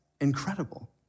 incredible